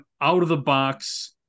out-of-the-box